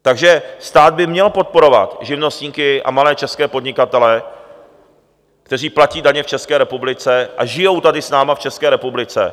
Takže stát by měl podporovat živnostníky a malé české podnikatele, kteří platí daně v České republice a žijí tady s námi v České republice.